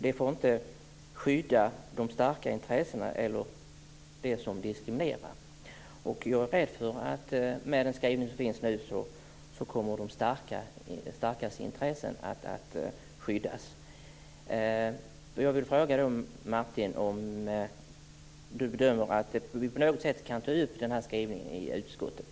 De får inte skydda de starka intressena eller dem som diskriminerar. Med den skrivning som nu finns är jag rädd för att de starkas intressen kommer att skyddas. Jag vill fråga Martin om han bedömer att vi på något sätt kan ta upp den här skrivningen i utskottet.